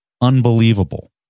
Unbelievable